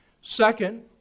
Second